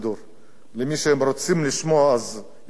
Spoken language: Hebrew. למי שהם רוצים לשמוע הם ישימו on,